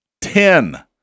Ten